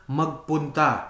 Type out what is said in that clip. magpunta